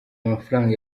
amafaranga